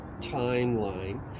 timeline